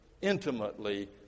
intimately